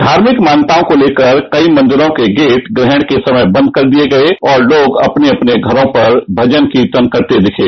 धार्मिक मान्यताओं को लेकर कई मंदिरों के गेट ग्रहण के समय बंद कर दिए गए और लोग अपने अपने घरों पर भजन कीर्तन करते दिखे